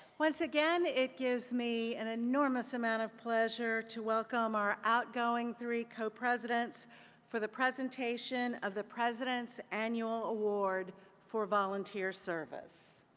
once again, it gives me an enormous amount of pleasure to welcome our outgoing three co-presidents for the presentation of the presidents' annual award for volunteer ser